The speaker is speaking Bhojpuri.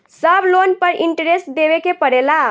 सब लोन पर इन्टरेस्ट देवे के पड़ेला?